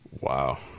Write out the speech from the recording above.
Wow